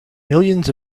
millions